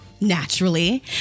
naturally